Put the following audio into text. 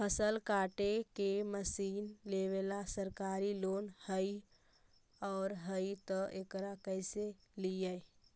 फसल काटे के मशीन लेबेला सरकारी लोन हई और हई त एकरा कैसे लियै?